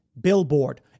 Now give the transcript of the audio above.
Billboard